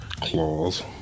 claws